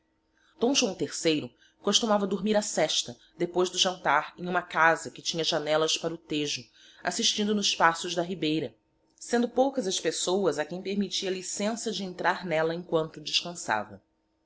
d joão iii costumava dormir a sesta depois de jantar em uma casa que tinha janellas para o tejo assistindo nos paços da ribeira sendo poucas as pessoas a quem permittia licença de entrar n'ella em quanto descançava